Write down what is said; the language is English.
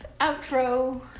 Outro